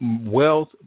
wealth